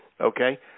Okay